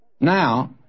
Now